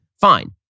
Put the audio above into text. Fine